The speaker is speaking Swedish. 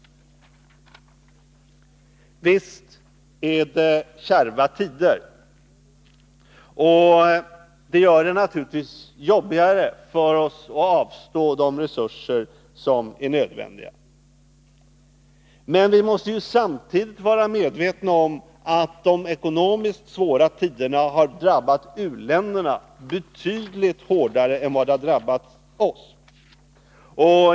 Visst är det kärva tider, och det gör det naturligtvis jobbigare för oss att avstå de resurser som det är nödvändigt att vi avstår. Men vi måste samtidigt vara medvetna om att de ekonomiskt svåra tiderna har drabbat u-länderna betydligt hårdare än oss.